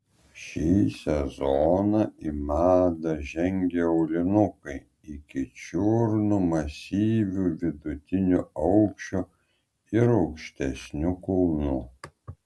šį sezoną į madą žengė aulinukai iki čiurnų masyviu vidutinio aukščio ar aukštesniu kulnu